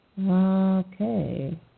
Okay